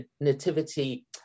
nativity